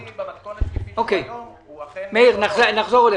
תודה רבה, מאיר, נחזור אליך.